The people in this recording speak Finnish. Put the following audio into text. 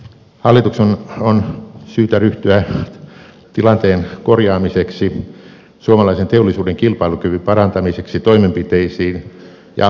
hallituksen on syytä ryhtyä toimenpiteisiin tilanteen korjaamiseksi suomalaisen teollisuuden kilpailukyvyn parantamiseksi ja aloittaa polttoaineveron palautusjärjestelmän valmistelu